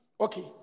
Okay